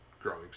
growing